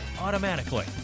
automatically